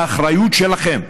באחריות שלכם.